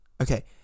okay